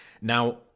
Now